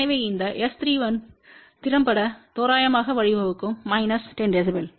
எனவே இந்த S31திறம்பட தோராயமாக வழிவகுக்கும் மைனஸ் 10 dB